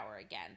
again